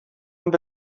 und